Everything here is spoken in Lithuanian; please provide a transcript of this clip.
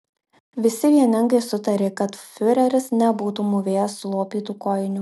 visi vieningai sutarė kad fiureris nebūtų mūvėjęs sulopytų kojinių